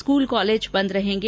school college बंद रहेंगे